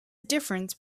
difference